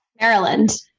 Maryland